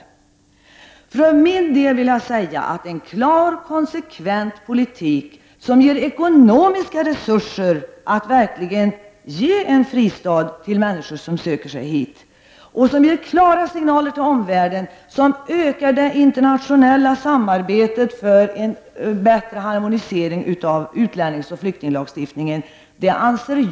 Jag vill för min del säga att jag anser det mest flyktingvänliga vara en klar och konsekvent politik vilken ger ekonomiska resurser att verkligen ge en fristad till människor som söker sig hit, vilken ger klara signaler till omvärlden och vilken ökar det internationella samarbetet för en bättre harmonisering av utlänningsoch flyktinglagstiftningen.